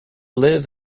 live